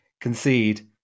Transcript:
concede